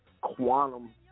quantum